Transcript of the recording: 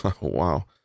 Wow